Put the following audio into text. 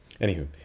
Anywho